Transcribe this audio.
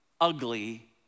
ugly